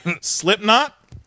Slipknot